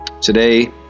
Today